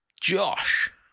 Josh